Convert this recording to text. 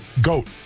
Goat